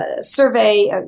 survey